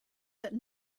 that